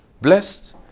Blessed